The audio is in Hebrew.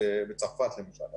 בצרפת למשל,